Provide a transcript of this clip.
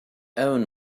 own